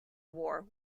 war